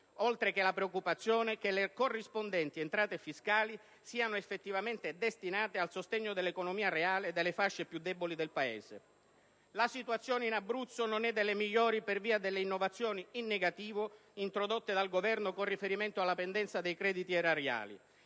oltre che la preoccupazione che le corrispondenti entrate fiscali siano effettivamente destinate al sostegno dell'economia reale e delle fasce più deboli del Paese. La situazione in Abruzzo non è delle migliori per via delle innovazioni (in negativo) introdotte dal Governo con riferimento alla pendenza dei crediti erariali.